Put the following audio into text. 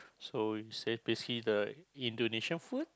so we say basically the Indonesian food